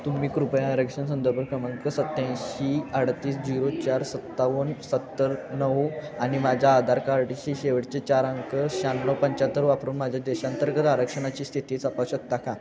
तुम्ही कृपया आरक्षण संदर्भ क्रमांक सत्त्याऐंशी अडतीस झिरो चार सत्तावन सत्तर नऊ आणि माझ्या आधार कार्डचे शेवटचे चार अंक शहाण्णव पंच्याहत्तर वापरून माझ्या देशांतर्गत आरक्षणाची स्थिती जपू शकता का